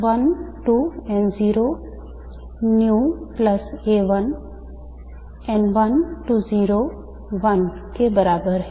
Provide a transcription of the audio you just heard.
यह के बराबर है